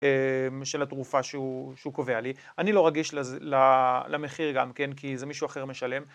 של התרופה שהוא קובע לי, אני לא רגיש למחיר גם כן כי זה מישהו אחר משלם